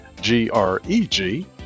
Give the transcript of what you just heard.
G-R-E-G